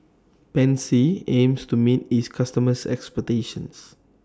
Pansy aims to meet its customers' expectations